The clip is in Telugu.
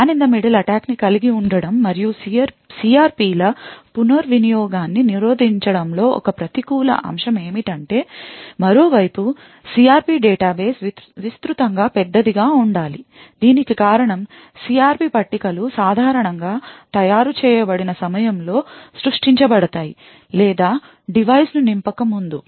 man in the middle atack ని కలిగి ఉండటం మరియు CRP ల పునర్వినియోగాన్ని నిరోధించడంలో ఒక ప్రతికూల అంశం ఏమిటంటే మరో వైపు సిఆర్పి డేటాబేస్ విస్తృతంగా పెద్దదిగా ఉండాలి దీనికి కారణం CRP పట్టికలు సాధారణంగా తయారు చేయబడిన సమయంలో సృష్టించబడతాయి లేదా డివైస్ ను నింపక ముందు